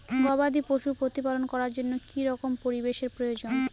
গবাদী পশু প্রতিপালন করার জন্য কি রকম পরিবেশের প্রয়োজন?